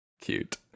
Cute